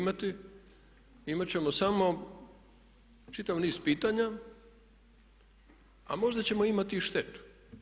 Imati ćemo samo čitav niz pitanja a možda ćemo imati i štetu.